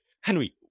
Henry